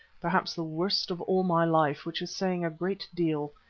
perhaps the worst of all my life, which is saying a great deal.